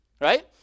Right